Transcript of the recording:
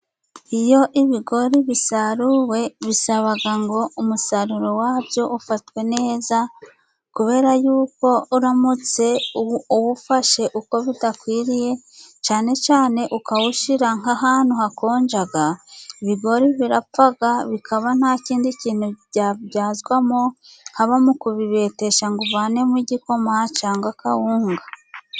Iyo ibigori bisaruwe, bisaba ko umusaruro wabyo ufatwe neza, kubera yuko uramutse uwufashe uko bidakwiriye cyane cyane ukawushyira nk'ahantu hakonja, ibigori birapfa bikaba nta kindi kintu byabyazwamo, haba mu kubibetesha ngo uvanemo igikoma cyangwa kawunga.